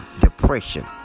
depression